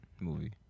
movie